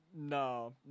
No